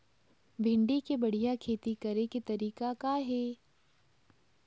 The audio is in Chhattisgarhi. भिंडी के बढ़िया खेती करे के तरीका का हे?